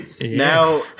now